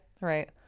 Right